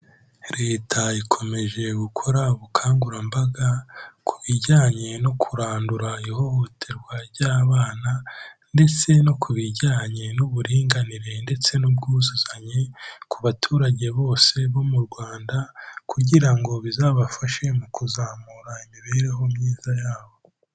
Leta ikomeje gukora ubukangurambaga ku bijyanye no kurandura ihohoterwa ry'abana ndetse no ku bijyanye n'uburinganire ndetse n'ubwuzuzanye ku baturage bose bo mu Rwanda kugira ngo bizabafashe mu kuzamura imibereho myiza yabo.